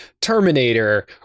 terminator